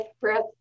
breath